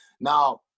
Now